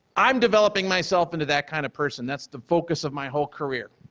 i'm developing myself in to that kind of person. that's the focus of my whole career.